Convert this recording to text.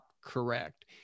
correct